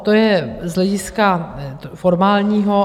To je z hlediska formálního.